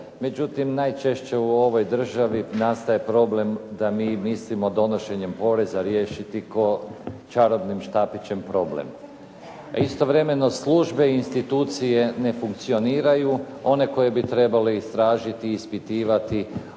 Međutim najčešće u ovoj državi nastaje problem da mi mislim donošenjem poreza riješiti kao čarobnim štapićem problem. A istovremeno službe i institucije ne funkcioniraju. One koje bi trebale istražiti i ispitivati,